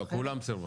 לא, כולן סירבו.